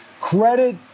credit